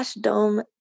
dome